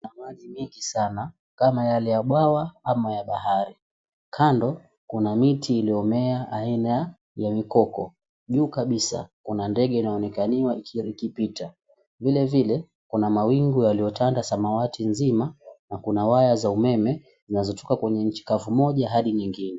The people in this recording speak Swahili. Kuna maji nyingi sana kama yale ya bwawa ama ya bahari. Kando kuna miti iliyomea aina ya mikoko. Juu kabisa kuna ndege inayoonekana ikipita. Vilevile Kuna mawingu yaliyotanda samawati nzima na kuna waya za umeme inazochukua kwenye nchi moja hadi nyingine.